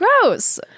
gross